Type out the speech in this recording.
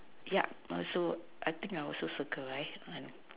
yeah not so I think I also circle right